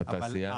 התעשייה?